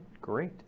great